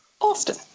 Austin